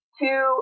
two